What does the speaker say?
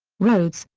rhodes,